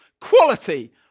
quality